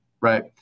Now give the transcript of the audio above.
right